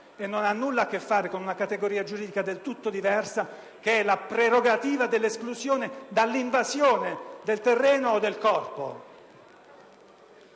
e non ha nulla a che fare con una categoria giuridica del tutto diversa che è la prerogativa di impedire l'invasione di un terreno come del proprio